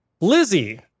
Lizzie